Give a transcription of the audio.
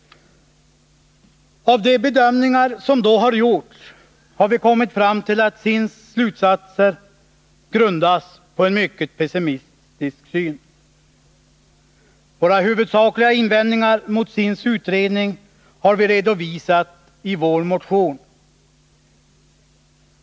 Av de bedömningar som därvid har gjorts har vi kommit fram till att SIND:s slutsatser grundas på en mycket pessimistisk syn. Våra huvudsakliga invändningar mot SIND:s utredning har vi redovisat i vår motion.